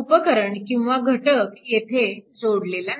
उपकरण किंवा घटक येथे जोडलेला नाही